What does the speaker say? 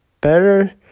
better